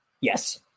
Yes